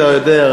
אתה יודע,